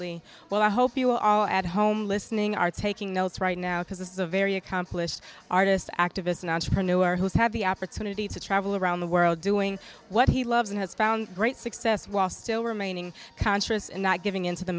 lowly well i hope you all at home listening are taking notes right now because this is a very accomplished artist activist an entrepreneur who's had the opportunity to travel around the world doing what he loves and has found great success while still remaining conscious and not giving into the